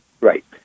Right